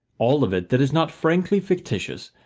all of it that is not frankly fictitious,